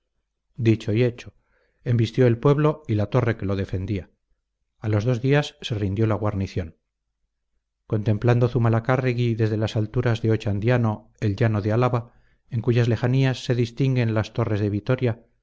dicho y hecho embistió el pueblo y la torre que lo defendía a los dos días se rindió la guarnición contemplando zumalacárregui desde las alturas de ochandiano el llano de álava en cuyas lejanías se distinguen las torres de vitoria